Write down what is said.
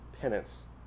Penance